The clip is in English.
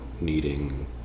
needing